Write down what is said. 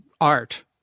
art